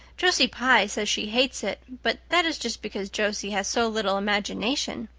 josie pye says she hates it but that is just because josie has so little imagination.